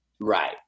Right